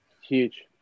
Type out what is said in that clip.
huge